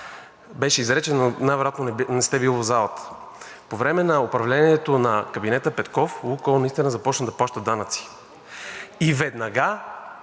беше изречен, но най-вероятно не сте били в залата. По време на управлението на кабинета Петков „Лукойл“ настина започна да плаща данъци. Веднага